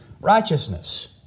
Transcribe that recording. righteousness